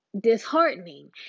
disheartening